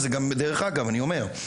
וגם בדרך אגב אני אומר,